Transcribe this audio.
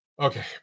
Okay